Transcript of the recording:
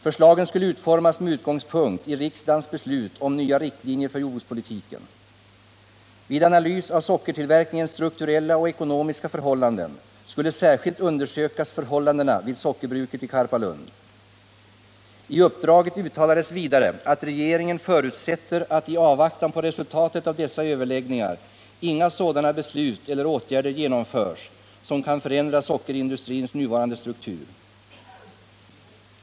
Förslagen skulle utformas med utgångspunkt i riksdagens beslut om nya riktlinjer för jordbrukspolitiken. Vid analys av sockertillverkningens strukturella och ekonomiska förhållanden skulle särskilt undersökas förhållandena vid sockerbruket i Karpalund. I uppdraget uttalades vidare att regeringen förutsätter att i avvaktan på resultatet av dessa överläggningar inga sådana beslut eller åtgärder genomförs som kan förändra sockerindustrins nuvarande struktur.